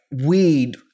weed